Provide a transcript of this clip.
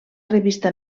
revista